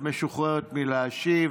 את משוחררת מלהשיב.